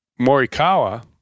Morikawa